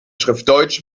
schriftdeutsch